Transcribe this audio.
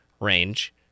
range